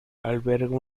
alberga